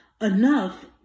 enough